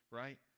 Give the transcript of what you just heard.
right